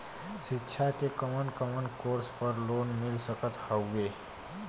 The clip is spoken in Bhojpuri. शिक्षा मे कवन कवन कोर्स पर लोन मिल सकत हउवे?